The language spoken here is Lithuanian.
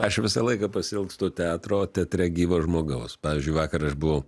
aš visą laiką pasiilgstu teatro teatre gyvo žmogaus pavyzdžiui vakar aš buvau